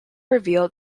revealed